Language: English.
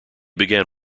began